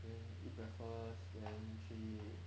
then eat breakfast then 去